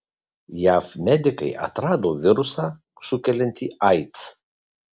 jav medikai atrado virusą sukeliantį aids